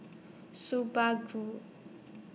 Subaru